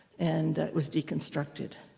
and it was deconstructed.